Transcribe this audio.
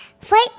Flight